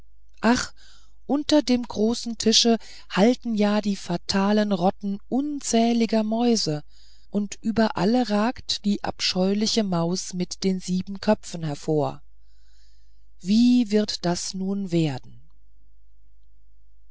ach unter dem großen tische halten ja die fatalen rotten unzähliger mäuse und über alle ragt die abscheuliche maus mit den sieben köpfen hervor wie wird das nun werden